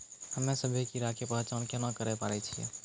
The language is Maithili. हम्मे सभ्भे कीड़ा के पहचान केना करे पाड़ै छियै?